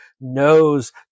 knows